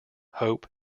hope